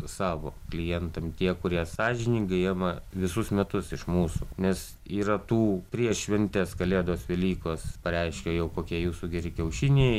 savo klientam tie kurie sąžiningai ima visus metus iš mūsų nes yra tų prieš šventes kalėdos velykos pareiškia jau kokie jūsų geri kiaušiniai